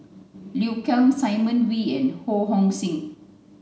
Liu Kang Simon Wee and Ho Hong Sing